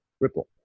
Ripple